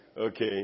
Okay